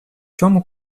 чому